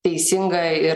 teisinga ir